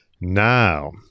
now